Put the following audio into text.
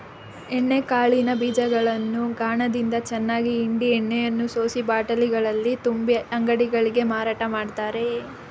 ಎಣ್ಣೆ ಕಾಳಿನ ಬೀಜಗಳನ್ನು ಗಾಣದಿಂದ ಚೆನ್ನಾಗಿ ಹಿಂಡಿ ಎಣ್ಣೆಯನ್ನು ಸೋಸಿ ಬಾಟಲಿಗಳಲ್ಲಿ ತುಂಬಿ ಅಂಗಡಿಗಳಿಗೆ ಮಾರಾಟ ಮಾಡ್ತರೆ